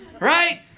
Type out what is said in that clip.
Right